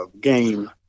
game